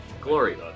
Glory